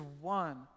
one